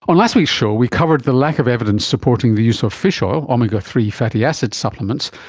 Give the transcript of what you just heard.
on last week's show we covered the lack of evidence supporting the use of fish oil, omega three fatty acid supplements,